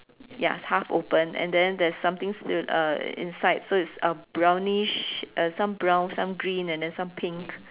ya half open and then there's something still uh inside so is um brownish uh some brown some green and then some pink